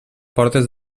portes